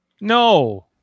No